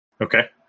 Okay